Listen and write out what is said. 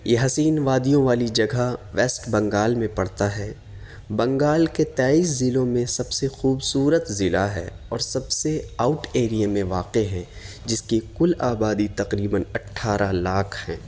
یہ حسین وادیوں والی جگہ ویسٹ بنگال میں پڑتا ہے بنگال کے تئیس ضلعوں میں سب سے خوبصورت ضلع ہے اور سب سے آؤٹ ایریے میں واقع ہے جس کی کل آبادی تقریباً اٹھارہ لاکھ ہیں